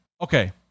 Okay